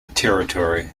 territory